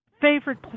favorite